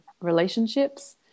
relationships